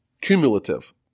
cumulative